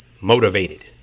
motivated